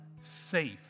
safe